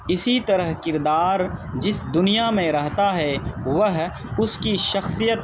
اسی طرح کردار جس دنیا میں رہتا ہے وہ اس کی شخصیت